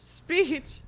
speech